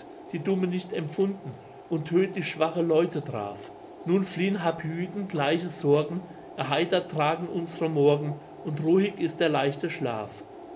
die dumme nicht empfunden und tödtliche schwache leute traf nun fliehn harpylen gleiche sorgen erheitert tagen unsere morgen und ruhig ist der leichte schlaf